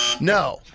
No